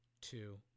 Two